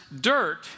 dirt